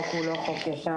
החוק הוא לא חוק ישן,